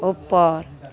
ऊपर